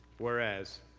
whereas,